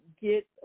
get